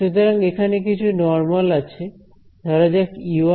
সুতরাং এখানে কিছু নরমাল আছে ধরা যাক E1H1 এবং E2H2